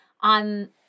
on